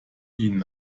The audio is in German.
ihnen